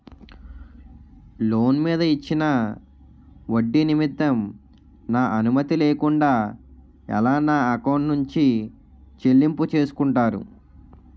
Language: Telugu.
లోన్ మీద ఇచ్చిన ఒడ్డి నిమిత్తం నా అనుమతి లేకుండా ఎలా నా ఎకౌంట్ నుంచి చెల్లింపు చేసుకుంటారు?